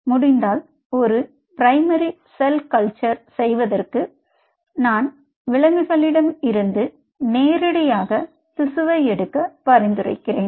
ஆனால் முடிந்தால் ஒரு பிரைமரி செல் கல்ச்சர் செய்வதற்கு நான் விலங்குகளிடமிருந்து நேரடியாக திசுவை எடுக்க பரிந்துரைக்கிறேன்